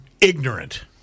ignorant